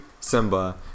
Simba